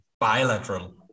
bilateral